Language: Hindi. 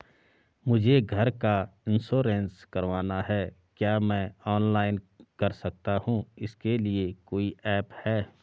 मुझे घर का इन्श्योरेंस करवाना है क्या मैं ऑनलाइन कर सकता हूँ इसके लिए कोई ऐप है?